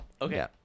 Okay